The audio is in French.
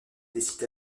décide